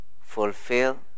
fulfill